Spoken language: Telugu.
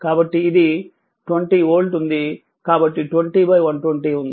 కాబట్టి ఇది 20 వోల్ట్ ఉంది కాబట్టి 20 120 ఉంది అంటే 16 ఆంపియర్